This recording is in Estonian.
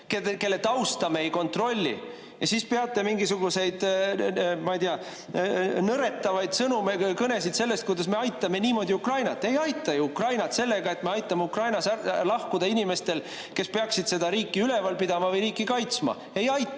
kelle tausta me ei kontrolli, ja siis peate mingisuguseid, ma ei tea, nõretavaid kõnesid sellest, kuidas me aitame niimoodi Ukrainat. Ei aita ju Ukrainat sellega, et me aitame Ukrainast lahkuda inimestel, kes peaksid seda riiki üleval pidama või riiki kaitsma. Ei aita